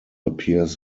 appears